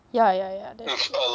yeah yeah yeah that's true